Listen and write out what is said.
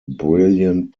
brilliant